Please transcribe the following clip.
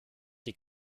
die